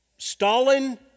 Stalin